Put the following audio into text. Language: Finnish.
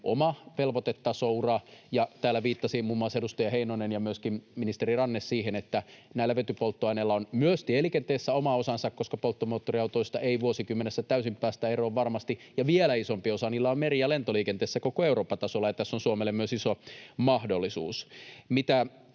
oma velvoitetasoura. Ja täällä viittasivat muun muassa edustaja Heinonen ja myöskin ministeri Ranne siihen, että näillä vetypolttoaineilla on myös tieliikenteessä oma osansa, koska polttomoottoriautoista ei vuosikymmenessä täysin päästä eroon varmasti, ja vielä isompi osa niillä on meri- ja lentoliikenteessä koko Euroopan tasolla, ja tässä on Suomelle myös iso mahdollisuus.